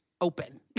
open